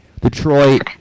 Detroit